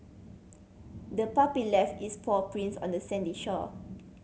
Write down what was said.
the puppy left its paw prints on the sandy shore